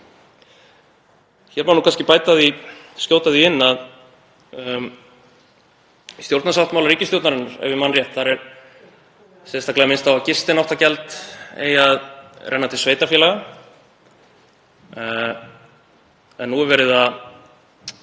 Hér má kannski skjóta því inn að í stjórnarsáttmála ríkisstjórnarinnar, ef ég man rétt, er sérstaklega minnst á að gistináttagjald eigi að renna til sveitarfélaga en nú er verið að